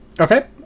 okay